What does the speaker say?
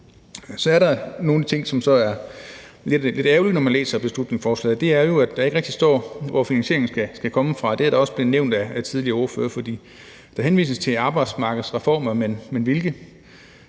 Der er nogle ting ved beslutningsforslaget, som så er lidt ærgerlige, og det er jo, at der ikke rigtig står, hvor finansieringen skal komme fra. Det er også blevet nævnt af tidligere ordførere. Der henvises til arbejdsmarkedsreformer, men hvilke?